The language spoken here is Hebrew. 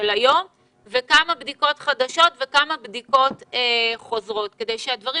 היום וכמה בדיקות חדשות וכמה בדיקות חוזרות כדי שהדברים